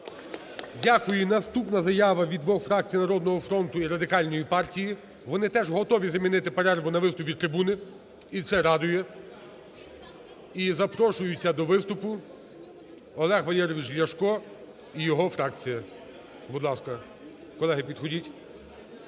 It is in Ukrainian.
Дякую. І наступна заява від двох фракцій: "Народного фронту" і Радикальної партії – вони теж готові замінити перерву на виступ від трибуни, і це радує. І запрошується до виступу Олег Валерійович Ляшко і його фракція. Будь ласка, колеги, підходіть.